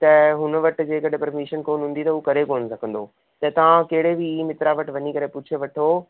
त हुन वटि जे कॾहिं परमिशन कोन हूंदी त हूअ करे कोन सघंदो त तव्हां कहिड़े बि ई मित्र वटि वञी करे पुछी वठो